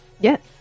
yes